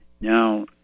Now